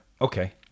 Okay